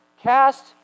cast